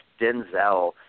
Denzel